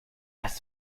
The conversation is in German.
was